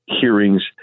hearings